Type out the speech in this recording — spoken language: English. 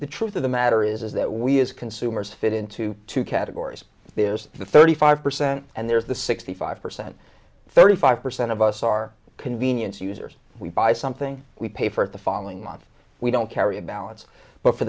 the truth of the matter is that we as consumers fit into two categories there's the thirty five percent and there's the sixty five percent thirty five percent of us are convenience users we buy something we pay for it the following month we don't carry a balance but for